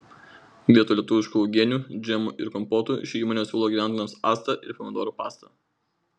vietoj lietuviškų uogienių džemų ir kompotų ši įmonė siūlo gyventojams actą ir pomidorų pastą